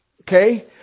Okay